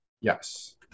Yes